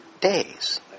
days